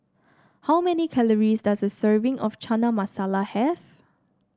how many calories does a serving of Chana Masala have